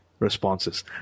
responses